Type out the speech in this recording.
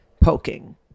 poking